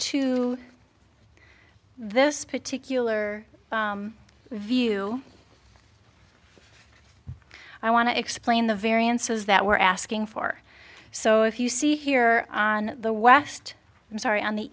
to this particular view i want to explain the variances that we're asking for so if you see here on the west i'm sorry on the